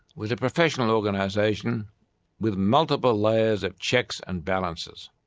was a professional organisation with multiple layers of checks and balances.